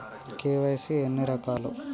KYC ఎన్ని రకాలు?